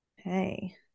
okay